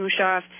Musharraf